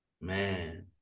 Man